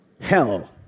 hell